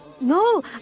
No